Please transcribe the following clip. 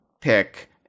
pick